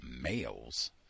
males